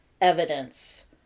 evidence